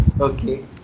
okay